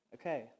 okay